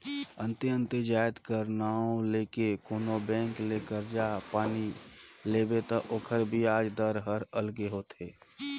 अन्ते अन्ते जाएत कर नांव ले के कोनो बेंक ले करजा पानी लेबे ता ओकर बियाज दर हर अलगे होथे